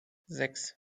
sechs